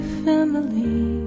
family